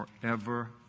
forever